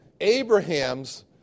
Abraham's